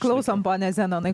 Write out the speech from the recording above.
klausom pone zenonai